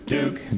Duke